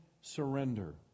surrender